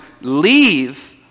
leave